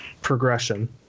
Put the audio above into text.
progression